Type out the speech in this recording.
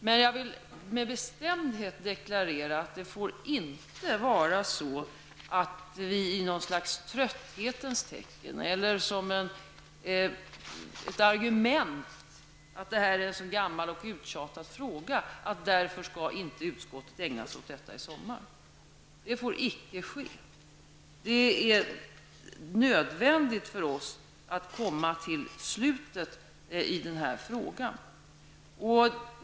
Men jag vill med bestämdhet deklarera att det inte får vara så att vi i något slags trötthetens tecken, eller med argumentet att detta är en så gammal och uttjatad fråga, säger att utskottet inte skall ägna sig åt denna fråga i sommar. Det får inte ske. Det är nödvändigt att komma till slutet i denna fråga.